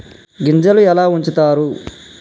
గింజలు ఎలా ఉంచుతారు?